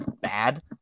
bad